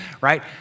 right